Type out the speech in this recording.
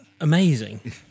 amazing